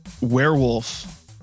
werewolf